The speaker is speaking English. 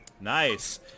Nice